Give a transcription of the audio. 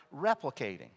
replicating